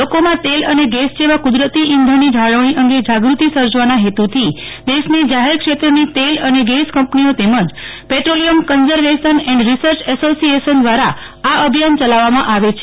લોકોમાં તેલ અને ગેસ જેવા કુદરતી ઇંધણની જાળવણી અંગે જાગૃતિ સર્જવાના હેતુથી દેશની જાહેર ક્ષેત્રની તેલ અને ગેસ કંપનીઓ તેમજ petroleum conservation and research association દ્વારા આ અભિયાન ચલાવવામાં આવે છે